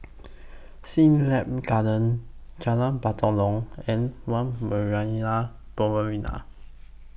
Siglap Gardens Jalan Batalong and one Marina